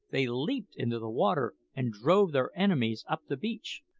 they leaped into the water and drove their enemies up the beach.